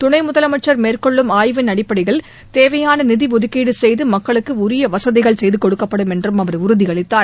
துணை முதலமைச்சர் மேற்கொள்ளும் ஆய்வின் அடிப்படையில் தேவையான நிதி ஒதுக்கீடு செய்து மக்களுக்கு உரிய வசதிகள் செய்து கொடுக்கப்படும் என்றும் அவர் உறுதியளித்தார்